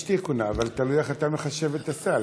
תלוי איך אתה מחשב את זה.